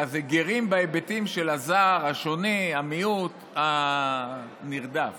זה גרים בהיבטים של הזר, השונה, המיעוט, הנרדף.